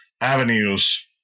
avenues